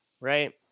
right